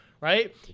right